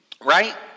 right